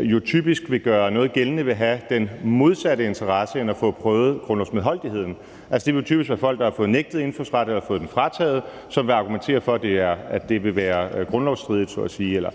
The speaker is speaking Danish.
jo typisk vil gøre noget gældende, vil have den modsatte interesse end at få prøvet grundlovsmedholdigheden. Det vil jo typisk være folk, der har fået nægtet indfødsret eller fået den frataget, som vil argumentere for, at det vil være grundlovsstridigt så at sige eller